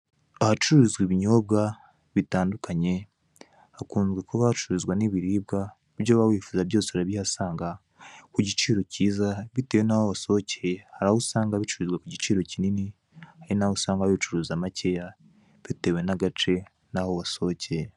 Ahacururizwa ibinyobwa bitandukanye hakunze kuba hacururizwa n'ibiribwa ibyo uba wifuza byose urabihasanga ku giciro kiza bitewe n'aho wasohokeye. Hari aho usanga bicururizwa ku giciro kinini hari n'aho usanga babicuruza makeya bitewe n'agace n'aho wasohokeye.